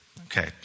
Okay